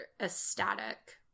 ecstatic